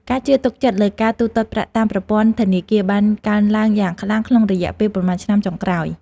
ការជឿទុកចិត្តលើការទូទាត់ប្រាក់តាមប្រព័ន្ធធនាគារបានកើនឡើងយ៉ាងខ្លាំងក្នុងរយៈពេលប៉ុន្មានឆ្នាំចុងក្រោយ។